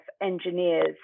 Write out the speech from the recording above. engineers